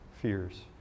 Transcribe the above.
fears